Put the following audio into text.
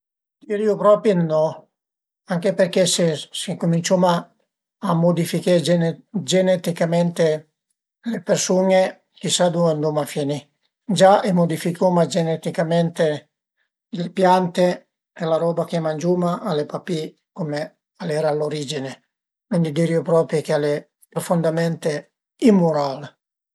Dirìu propi d'no anche perché se cuminciuma a mudifiché geneticamente le persun-e chissà ëndua anduma finì. Gia i mudificuma geneticamente le piante e la roba che mangiuma al e pa pi cume al era a l'origine, cuindi dirìu propi ch'al e profondamente immural